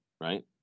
Right